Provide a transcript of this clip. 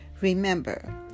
Remember